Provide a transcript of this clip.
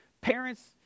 parents